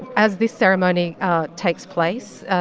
as this ceremony takes place,